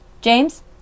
James